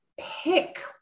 pick